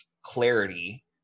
clarity